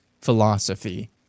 philosophy